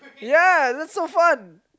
ya that's so fun